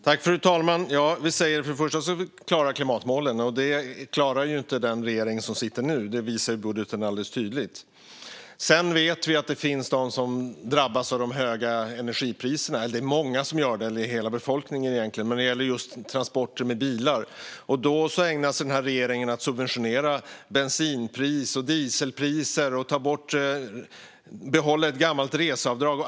Fru talman! Vi säger för det första att vi ska klara klimatmålen. Det klarar inte den regering som sitter nu; det visar budgeten alldeles tydligt. Sedan vet vi att många, hela befolkningen egentligen, drabbas av de höga energipriserna när det gäller transporter med bilar. Regeringen ägnar sig åt att subventionera bensin och diesel och behåller ett gammalt reseavdrag.